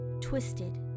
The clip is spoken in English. twisted